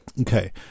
Okay